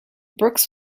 brooks